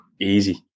easy